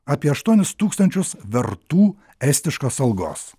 apie aštuonis tūkstančius vertų estiškos algos